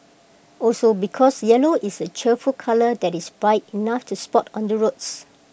also because yellow is A cheerful colour that is bright enough to spot on the roads